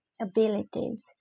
abilities